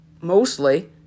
mostly